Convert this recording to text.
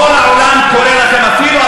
החוק הבין-לאומי לא תומך בדברים האלה.